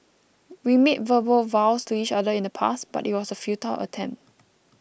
we made verbal vows to each other in the past but it was a futile attempt